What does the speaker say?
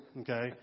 okay